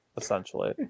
essentially